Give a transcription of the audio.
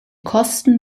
kosten